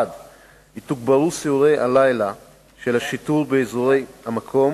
1. יתוגברו סיורי הלילה של השיטור האזורי במקום